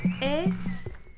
es